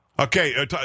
Okay